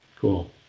Cool